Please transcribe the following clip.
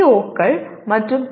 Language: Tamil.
ஓக்கள் மற்றும் பி